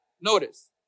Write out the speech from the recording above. Notice